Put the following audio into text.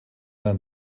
uns